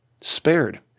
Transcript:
spared